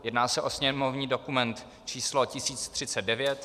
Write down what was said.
Jedná se o sněmovní dokument číslo 1039.